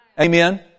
Amen